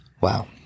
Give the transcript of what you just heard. Wow